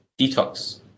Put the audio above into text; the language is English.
detox